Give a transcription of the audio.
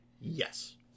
Yes